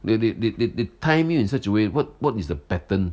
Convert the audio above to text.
they they they they they time you in such a way what what is the pattern